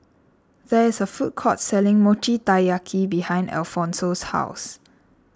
there is a food court selling Mochi Taiyaki behind Alphonso's house